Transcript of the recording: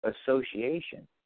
association